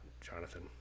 Jonathan